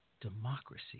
democracy